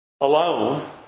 alone